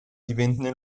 divenne